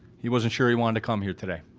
he wasn't sure he wanted to come here today,